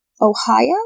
Ohio